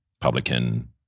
publican